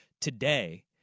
today